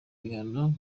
bihano